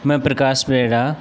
मैं प्रकाश बेड़ा